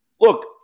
look